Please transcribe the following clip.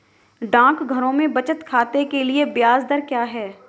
डाकघरों में बचत खाते के लिए ब्याज दर क्या है?